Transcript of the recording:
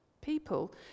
People